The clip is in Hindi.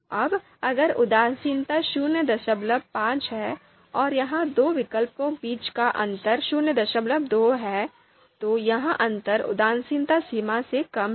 अब अगर उदासीनता ०५ है और यहां दो विकल्पों के बीच का अंतर ०२ है तो यह अंतर उदासीनता सीमा से कम है